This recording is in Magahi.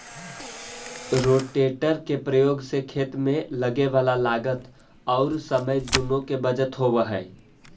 रोटेटर के प्रयोग से खेत में लगे वाला लागत औउर समय दुनो के बचत होवऽ हई